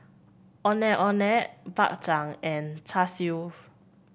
Ondeh Ondeh Bak Chang and Char Siu